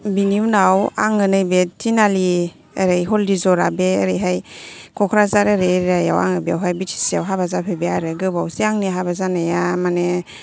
बिनि उनाव आङो नैबे टिनालि ओरै हलदिजरा बे ओरैहाय क'क्राझार ओरै एरिया याव आं बेवहाय बि टि सि आव हाबा जाफैबाय आरो गोबावसै आंनि हाबा जानाया माने